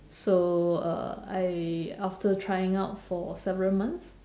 so uh I after trying out for several months